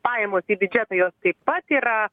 pajamos į biudžetą jos taip pat yra